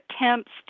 attempts